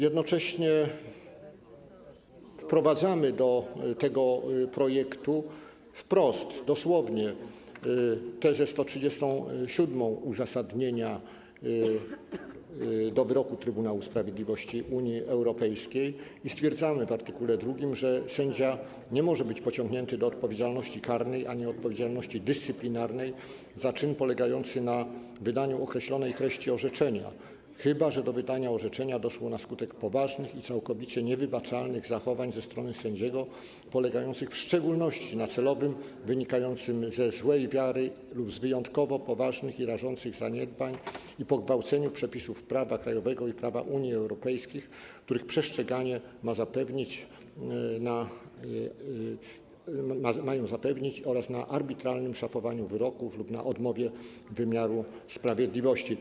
Jednocześnie wprowadzamy do tego projektu wprost, dosłownie tezę 137 uzasadnienia wyroku Trybunału Sprawiedliwości Unii Europejskiej i stwierdzamy w art. 2, że sędzia nie może być pociągnięty do odpowiedzialności karnej ani odpowiedzialności dyscyplinarnej za czyn polegający na wydaniu określonej treści orzeczenia, chyba że do wydania orzeczenia doszło na skutek poważnych i całkowicie niewybaczalnych zachowań ze strony sędziego, polegających w szczególności na celowym - wynikającym ze złej wiary lub z wyjątkowo poważnych i rażących zaniedbań - pogwałceniu przepisów prawa krajowego i prawa Unii Europejskiej, których przestrzeganie mają zapewnić, oraz na arbitralnym szafowaniu wyroków lub na odmowie wymiaru sprawiedliwości.